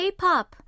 K-pop